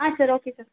ஆ சரி okay sir